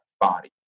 body